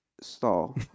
stall